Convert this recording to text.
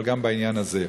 אבל גם בעניין הזה.